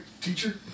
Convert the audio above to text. teacher